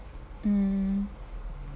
mm